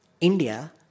India